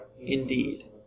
Indeed